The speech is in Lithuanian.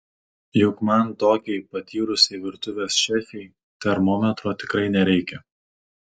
juk man tokiai patyrusiai virtuvės šefei termometro tikrai nereikia